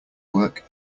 work